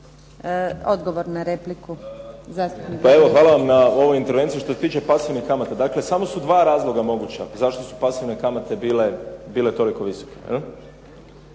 Davor (SDP)** Dobro. Hvala vam na ovoj intervenciji. Što se tiče pasivnih kamata. Dakle, samo su dva razloga moguća zašto su pasivne kamate bile tolike visoke.